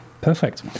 Perfect